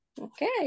Okay